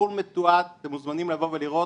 הכול מתועד, אתם מוזמנים לבוא ולראות,